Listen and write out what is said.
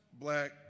black